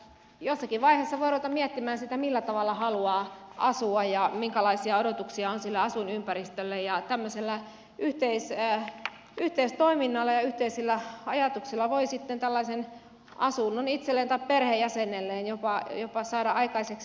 jossakin vaiheessa voi ruveta miettimään sitä millä tavalla haluaa asua ja minkälaisia odotuksia on sille asuinympäristölle ja tämmöisellä yhteistoiminnalla ja yhteisillä ajatuksilla voi sitten tällaisen asunnon itselleen tai perheenjäsenelleen jopa saada aikaiseksi